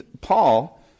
Paul